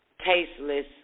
tasteless